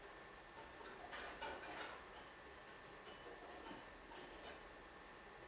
mm